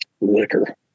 Liquor